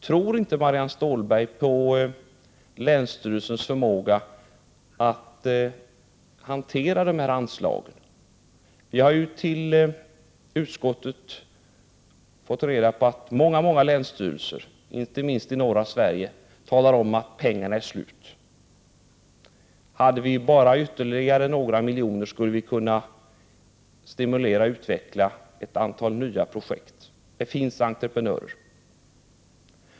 Tror inte Marianne Stålberg på länsstyrelsens förmåga att hantera dessa anslag? Det har kommit till utskottets kännedom att många länsstyrelser har slut på pengarna. Om det bara funnes ytterligare miljoner skulle de kunna stimulera och utveckla ett antal nya projekt. Det finns entreprenörer.